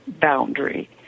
boundary